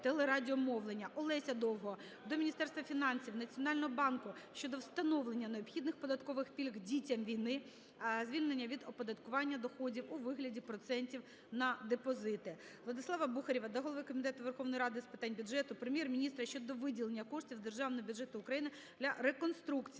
Олеся Довгого до Міністерства фінансів, Національного банку щодо встановлення необхідних податкових пільг дітям війни (звільнення від оподаткування доходів у вигляді процентів на депозити). ВладиславаБухарєва до голови Комітету Верховної Ради з питань бюджету, Прем'єр-міністра щодо виділення коштів з Державного бюджету України для реконструкції